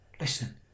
listen